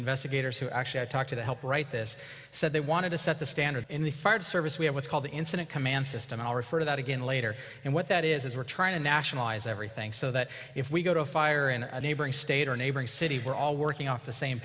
investigators who actually talk to the help write this said they wanted to set the standard in the fire service we have what's called the incident command system all refer to that again later and what that is is we're trying to nationalize everything so that if we go to a fire in a neighboring state or neighboring city we're all working off the same